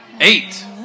eight